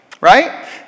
Right